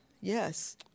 Yes